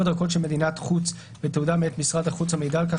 או דרכון של מדינת חוץ ותעודה מאת משרד החוץ המעידה על כך